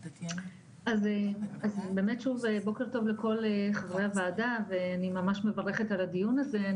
אז באמת שוב בוקר טוב לכל חברי הוועדה ואני ממש מברכת על הדיון הזה,